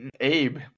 Abe